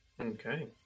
Okay